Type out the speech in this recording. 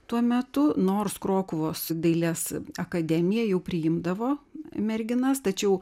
tuo metu nors krokuvos dailės akademija jau priimdavo merginas tačiau